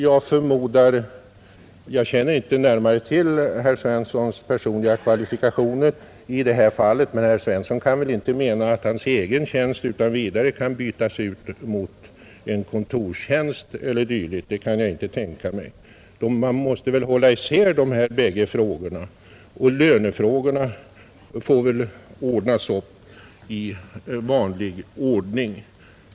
Jag känner inte närmare till herr Svenssons personliga kvalifikationer, men jag kan inte tänka mig att herr Svensson menar att hans egen tjänst utan vidare kan bytas ut mot en kontoristtjänst e. d. Man måste väl hålla isär dessa båda frågor. Lönefrågorna får klaras upp i vanlig ordning.